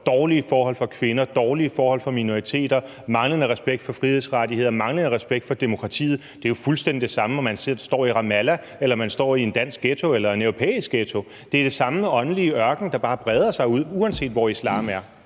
dårlige forhold for kvinder, dårlige forhold for minoriteter, manglende respekt for frihedsrettigheder, manglende respekt for demokratiet. Det er jo fuldstændig det samme, om man står i Ramallah, eller om man står i en dansk ghetto eller en europæisk ghetto. Det er den samme åndelige ørken, der bare breder sig ud, uanset hvor islam er.